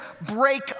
break